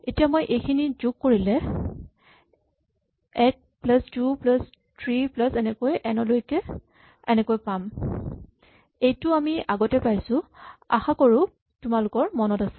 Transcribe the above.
এতিয়া মই এইখিনি যোগ কৰিলে ১ প্লাচ ২ প্লাচ ৩ প্লাচ এনেকৈ এন লৈকে এনেকৈ পাম এইটো আমি আগতে পাইছো আশা কৰো তোমালোকৰ মনত আছে